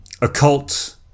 occult